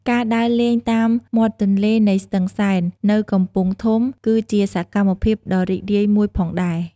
ការដើរលេងតាមមាត់ទន្លេនៃស្ទឹងសែននៅកំពង់ធំគឺជាសកម្មភាពដ៏រីករាយមួយផងដែរ។